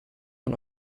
von